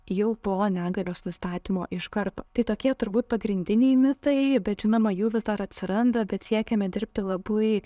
jau po negalios nustatymo iš karto tai tokie turbūt pagrindiniai mitai bet žinoma jų vis dar atsiranda bet siekiame dirbti labai